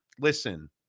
listen